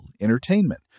entertainment